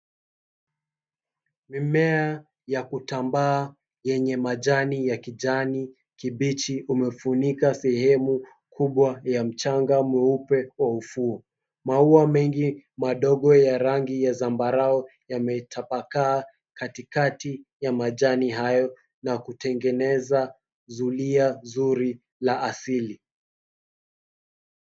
Mimea ya kutambaa yenye majani ya kijani kibichi umefunika sehemu kubwa ya mchanga mweupe kwa ufuo. Maua mengi madogo ya rangi ya zambarau yametapakaa katikati ya majani hayo na kutengeneza zulia zuri la asili.